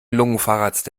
lungenfacharzt